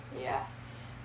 Yes